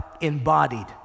embodied